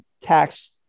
tax